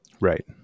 Right